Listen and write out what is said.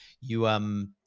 you, um,